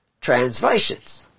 translations